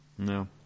No